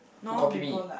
who copy me